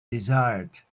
desired